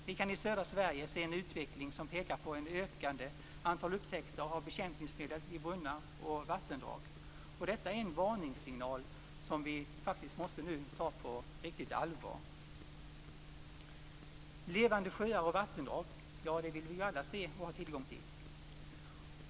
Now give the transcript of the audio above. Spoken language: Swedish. Vi kan i södra Sverige se en utveckling mot ett ökande antal upptäckter av bekämpningsmedel i brunnar och vattendrag. Detta är en varningssignal som vi nu måste ta på riktigt allvar. Levande sjöar och vattendrag vill vi alla se och ha tillgång till.